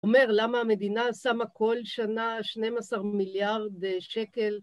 אומר למה המדינה שמה כל שנה 12 מיליארד שקל